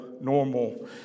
normal